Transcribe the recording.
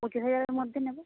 পঁচিশ হাজারের মধ্যে নেব